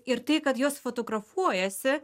ir tai kad jos fotografuojasi